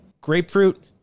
grapefruit